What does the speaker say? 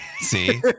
See